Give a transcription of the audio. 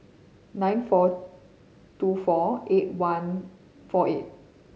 nine four two four eight one four eight